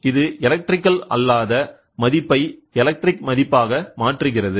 இது எலக்ட்ரிக்அல்லாத மதிப்பை எலக்ட்ரிக் மதிப்பாக மாற்றுகிறது